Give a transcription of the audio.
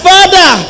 Father